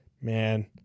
man